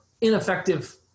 ineffective